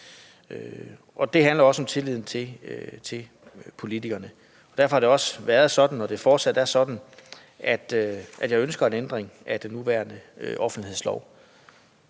Det handler også om tilliden til politikerne. Derfor har det også været sådan, og det er fortsat sådan, at jeg ønsker en ændring af den nuværende offentlighedslov.